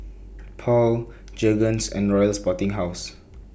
Paul Jergens and Royal Sporting House